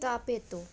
ताप येतो